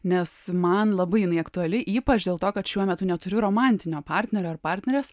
nes man labai jinai aktuali ypač dėl to kad šiuo metu neturiu romantinio partnerio ar partnerės